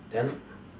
then